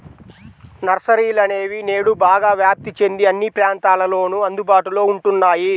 నర్సరీలనేవి నేడు బాగా వ్యాప్తి చెంది అన్ని ప్రాంతాలలోను అందుబాటులో ఉంటున్నాయి